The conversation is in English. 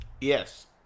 Yes